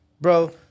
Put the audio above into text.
Bro